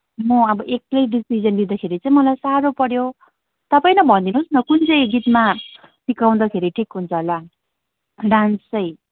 म अब एक्लै डिसिजन लिँदाखेरि चाहिँ मलाई साह्रो पऱ्यो तपाईँ नै भनिदिनुहोस् न कुन चाहिँ गीतमा सिकाउँदाखेरि ठिक हुन्छ होला डान्स चहिँ